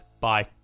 bye